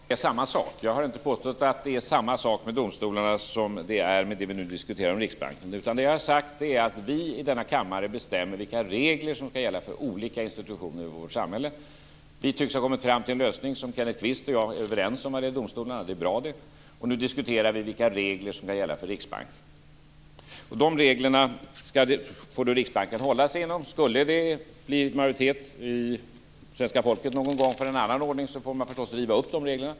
Fru talman! Det är sällan man kan säga att det är samma sak. Jag har inte påstått att det är samma sak med domstolarna som det är med det vi nu diskuterar, Riksbanken. Vad jag har sagt är att vi i denna kammare bestämmer vilka regler som skall gälla för olika institutioner i vårt samhälle. Vi tycks ha kommit fram till en lösning som Kenneth Kvist och jag är överens om när det gäller domstolarna. Det är bra. Nu diskuterar vi vilka regler som skall gälla för Riksbanken. De reglerna får Riksbanken hålla sig inom. Skulle det någon gång bli majoritet bland svenska folket för en annan ordning får man förstås riva upp de reglerna.